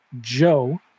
Joe